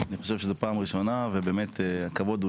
אני חושב שזו הפעם הראשונה, ובאמת, הכבוד הוא